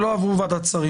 שלא עברו ועדת שרים.